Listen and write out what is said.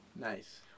Nice